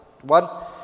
one